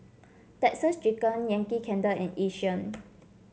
Texas Chicken Yankee Candle and Yishion